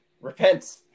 Repent